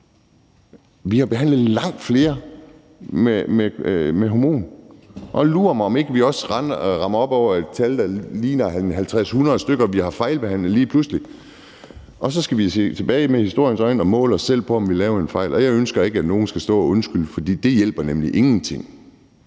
Vi har behandlet langt flere med hormoner, og lur mig, om vi ikke også lige pludselig rammer op over et tal på 50-100 stykker, som vi har fejlbehandlet. Så skal vi se tilbage med historiens øjne og måle os selv på, om vi lavede en fejl, og jeg ønsker ikke, at nogen skal stå og undskylde. For det hjælper nemlig ingenting,